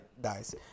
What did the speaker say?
dice